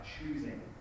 choosing